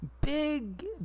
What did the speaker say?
big